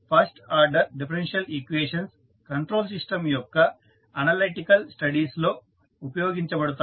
first order differential equations control system యొక్క analytical studies లో ఉపయోగించబడతాయి